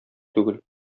түгел